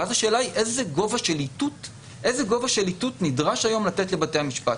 ואז השאלה היא איזה גובה של איתות נדרש היום לתת לבתי המשפט.